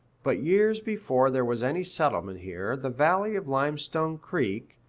but years before there was any settlement here, the valley of limestone creek,